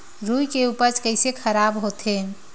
रुई के उपज कइसे खराब होथे?